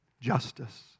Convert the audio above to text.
justice